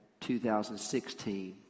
2016